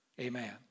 Amen